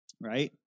right